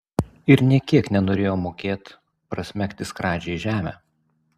ir nė kiek nenorėjo mokėt prasmegti skradžiai žemę